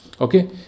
Okay